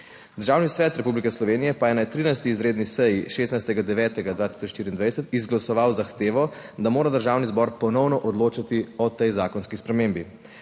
Državni svet Republike Slovenije pa je na 13. izredni seji 16. 9. 2024 izglasoval zahtevo, da mora Državni zbor ponovno odločati o tej zakonski spremembi.